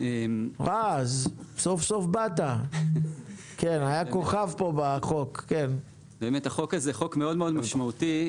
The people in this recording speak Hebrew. החוק הזה הוא חוק מאוד משמעותי,